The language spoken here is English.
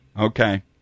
Okay